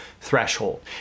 threshold